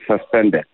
suspended